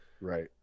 Right